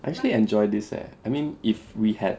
I actually enjoy this leh I mean if we had